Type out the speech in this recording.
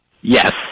Yes